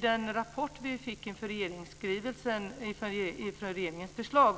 Den rapport som vi fick från SCB inför regeringens förslag